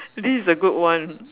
this is a good one